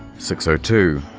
six so two.